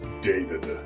David